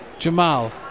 Jamal